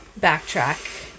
backtrack